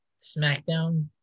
SmackDown